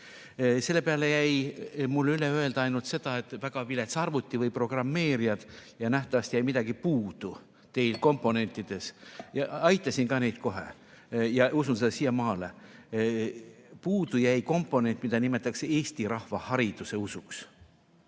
Selle peale jäi mul üle öelda ainult seda, et väga vilets arvuti või viletsad programmeerijad ja nähtavasti jäi midagi puudu komponentides. Aitasin neid kohe ja usun seda siiamaale: puudu jäi komponent, mida nimetatakse eesti rahva hariduseusuks.